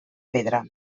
pedra